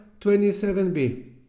27b